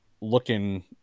looking